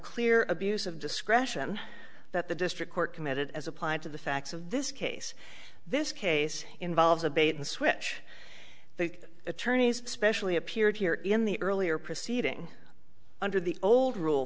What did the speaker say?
clear abuse of discretion that the district court committed as applied to the facts of this case this case involves a bait and switch the attorneys especially appeared here in the earlier proceeding under the old rule